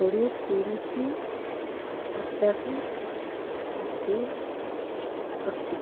କୋଡ଼ିଏ ତିରିଶି ପଚାଶ ଷାଠିଏ ଅଶୀ